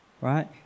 right